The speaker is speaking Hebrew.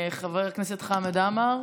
חבר הכנסת חמד עמאר,